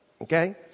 okay